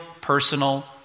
personal